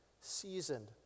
seasoned